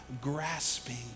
grasping